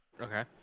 Okay